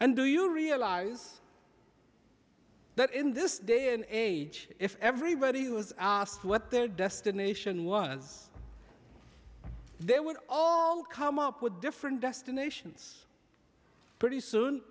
and do you realize that in this day and age if everybody was asked what their destination was they would all come up with different destinations pretty soon